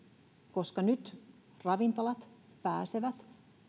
koska nyt ravintolat pääsevät